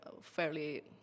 fairly